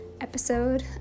episode